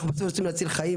אנחנו בסוף רוצים להציל חיים,